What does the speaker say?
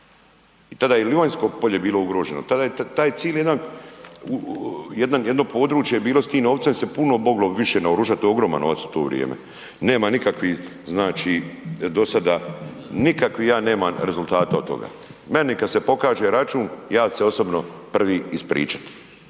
tada je Livanjsko polje bilo ugroženo, tada je taj cijeli jedan, jedno područje bilo s tim novcem se puno moglo više naoružati, ogroman novac u to vrijeme. Nema nikakvih znači do sada nikakvih ja nemam rezultata od toga. Meni kad se pokaže račun, ja ću osobno prvi ispričati.